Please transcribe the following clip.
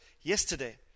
yesterday